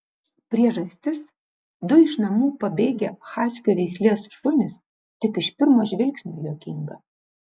priežastis du iš namų pabėgę haskių veislė šunys tik iš pirmo žvilgsnio juokinga